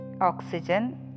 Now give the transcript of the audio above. Oxygen